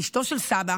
אשתו של סבא,